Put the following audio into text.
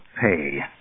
pay